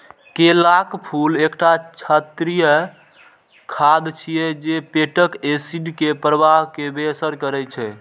केलाक फूल एकटा क्षारीय खाद्य छियै जे पेटक एसिड के प्रवाह कें बेअसर करै छै